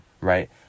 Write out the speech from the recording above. right